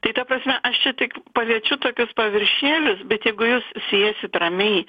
tai ta prasme aš čia tik paliečiu tokius paviršėlius bet jeigu jūs susėsit ramiai